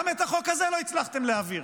גם את החוק הזה לא הצלחתם להעביר,